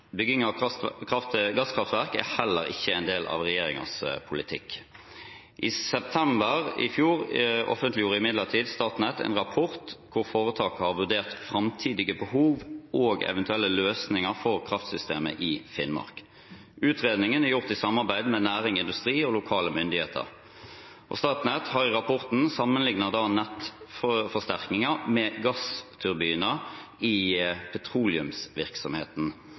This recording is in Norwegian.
Bygging av gasskraftverk er heller ikke en del av regjeringens politikk. I september i fjor offentliggjorde imidlertid Statnett en rapport hvor foretak har vurdert framtidige behov og eventuelle løsninger for kraftsystemet i Finnmark. Utredningen er gjort i samarbeid med næring, industri og lokale myndigheter. Statnett har i rapporten sammenlignet nettforsterkninger med gassturbiner i petroleumsvirksomheten.